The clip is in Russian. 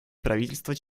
правительства